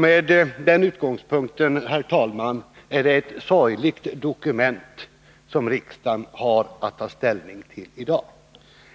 Med denna utgångspunkt, herr talman, anser jag att det är ett sorgligt dokument riksdagen har att ta ställning till i dag.